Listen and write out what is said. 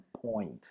point